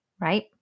right